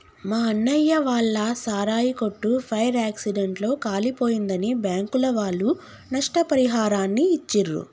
మా అన్నయ్య వాళ్ళ సారాయి కొట్టు ఫైర్ యాక్సిడెంట్ లో కాలిపోయిందని బ్యాంకుల వాళ్ళు నష్టపరిహారాన్ని ఇచ్చిర్రు